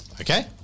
Okay